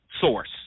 source